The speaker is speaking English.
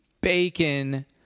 bacon